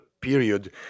period